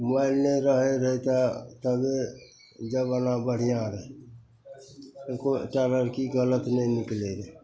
mobile नहि रहै रहै तऽ तभिए जमाना बढ़िआँ रहै एकोटा लड़की गलत नहि निकलै रहै